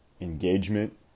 engagement